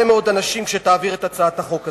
מאוד אנשים כשתעביר את הצעת החוק הזאת.